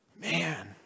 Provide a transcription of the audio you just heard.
man